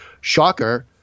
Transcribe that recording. shocker